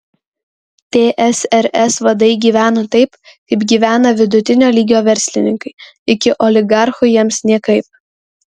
tsrs vadai gyveno taip kaip gyvena vidutinio lygio verslininkai iki oligarchų jiems niekaip